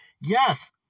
Yes